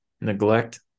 neglect